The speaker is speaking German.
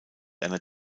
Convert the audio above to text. einer